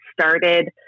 started